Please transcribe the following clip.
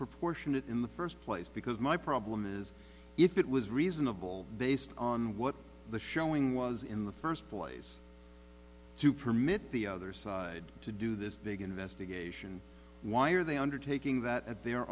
proportionate in the first place because my problem is if it was reasonable based on what the showing was in the first place to permit the others to do this big investigation why are they undertaking that at their